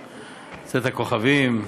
בשקיעה, צאת הכוכבים.